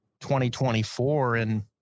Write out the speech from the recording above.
2024—and